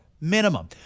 minimum